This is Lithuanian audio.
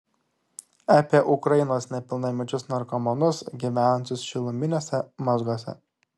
apie ukrainos nepilnamečius narkomanus gyvenančius šiluminiuose mazguose